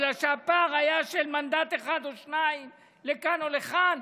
בגלל שהפער היה של מנדט אחד או שניים לכאן או לכאן,